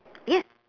yes